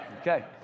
okay